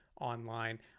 online